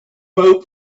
vote